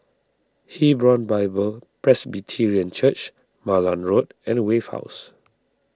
Hebron Bible Presbyterian Church Malan Road and Wave House